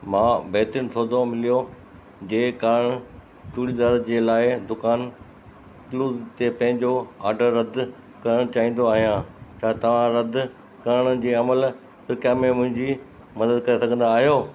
मां बहितरीनु सौदो मिलियो जे कारणु चूड़ीदार जे लाइ दुकान क्लूज ते पंहिंजो आडर रद्द करणु चाहींदो आहियां छा तव्हां रद्द करणु जे अमल प्रक्रिया में मुंहिंजी मददु करे सघंदा आहियो